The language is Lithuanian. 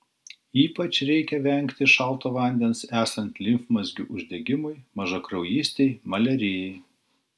ypač reikia vengti šalto vandens esant limfmazgių uždegimui mažakraujystei maliarijai